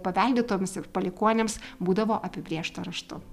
paveldėtojams ir palikuonims būdavo apibrėžta raštu